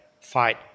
fight